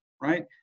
right